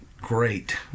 great